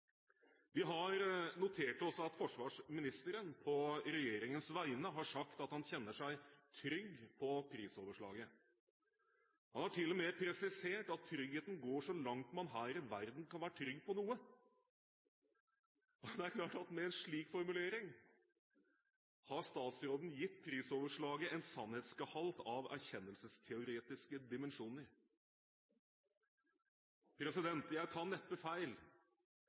Vi har notert oss at forsvarsministeren på regjeringens vegne har sagt at han kjenner seg trygg på prisoverslaget. Han har til og med presisert at tryggheten går så langt man her i verden kan være trygg på noe. Det er klart at med en slik formulering har statsråden gitt prisoverslaget en sannhetsgehalt av erkjennelsesteoretiske dimensjoner. Jeg tar neppe feil